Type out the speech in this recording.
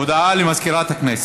הודעה למזכירת הכנסת.